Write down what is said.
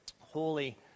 holy